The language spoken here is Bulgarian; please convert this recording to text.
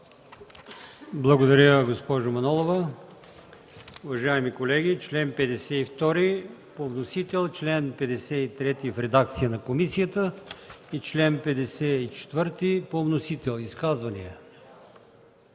Благодаря, госпожо Манолова. Уважаеми колеги, чл. 52 по вносител, чл. 53 в редакция на комисията и чл. 54 по вносител. Изказвания?